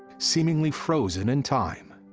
seemingly frozen in time.